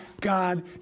God